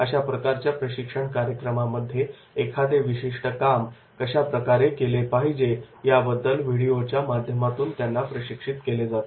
अशा प्रकारच्या प्रशिक्षण कार्यक्रमामध्ये एखादे विशिष्ट काम कशाप्रकारे केले पाहिजे याबद्दल व्हिडिओच्या माध्यमातून त्यांना प्रशिक्षित केले जाते